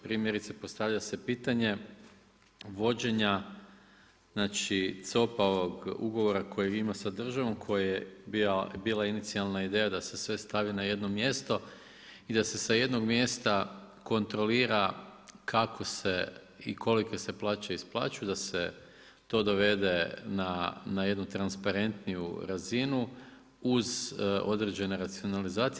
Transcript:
Primjerice postavlja se pitanje vođenja, znači COP-ovog ugovora kojeg ima sa državom koje je bila inicijalna ideja da se sve stavi na jedno mjesto i da se sa jednog mjesta kontrolira kako se i kolike se plaće isplaćuju, da se to dovede na jednu transparentniju razinu uz određene racionalizacije.